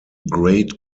great